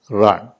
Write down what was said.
run